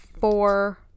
four